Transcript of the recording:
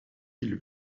îles